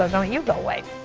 ah don't you go away.